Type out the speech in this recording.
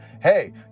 hey